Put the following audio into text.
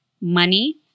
money